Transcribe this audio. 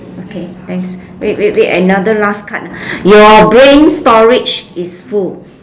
okay thanks wait wait wait another last card your brain storage is full